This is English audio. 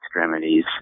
extremities